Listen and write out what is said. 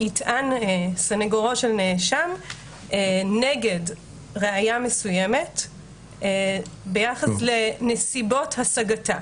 יטען סנגורו של נאשם נגד ראיה מסוימת ביחס לנסיבות השגתה